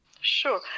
Sure